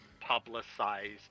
publicized